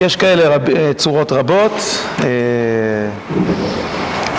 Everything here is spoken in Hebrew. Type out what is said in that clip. יש כאלה צורות רבות